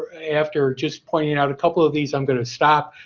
after just pointing out a couple of these i'm gonna stop.